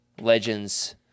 legends